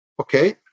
okay